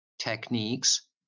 techniques